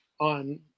on